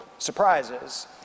surprises